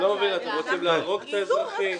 אני לא מבין, אתם רוצים להרוג את האזרחים?